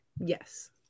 yes